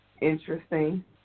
interesting